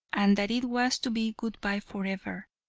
and that it was to be good-bye forever,